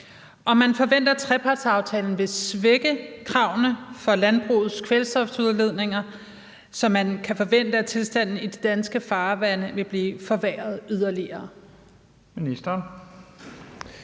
man forventer, at trepartsaftalen vil svække kravene for landbrugets kvælstofudledninger, så man kan forvente, at tilstanden i de danske farvande vil blive forværret yderligere?